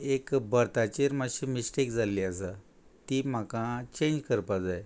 एक बर्ताचेर मातशी मिस्टेक जाल्ली आसा ती म्हाका चेंज करपा जाय